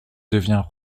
devient